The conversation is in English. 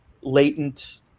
latent